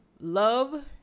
love